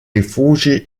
rifugi